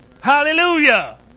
Hallelujah